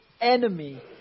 enemy